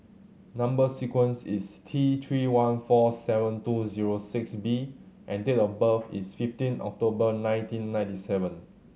number sequence is T Three one four seven two zero six B and date of birth is fifteen October nineteen ninety seven